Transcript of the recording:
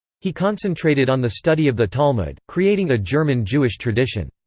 he concentrated on the study of the talmud, creating a german jewish tradition.